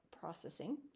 processing